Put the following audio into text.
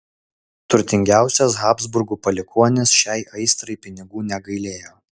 turtingiausias habsburgų palikuonis šiai aistrai pinigų negailėjo